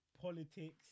politics